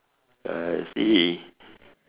I see